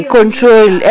Control